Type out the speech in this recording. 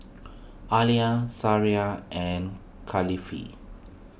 Alya Syirah and Kalifi